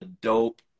dope